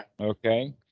Okay